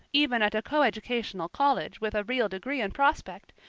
even at a coeducational college with a real degree in prospect,